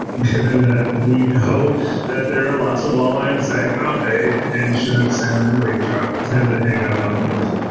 given that we know that there are lots of walleyes in saginaw bay and chinook salmon and lake trout tend to hang out up north.